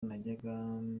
najyaga